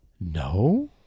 No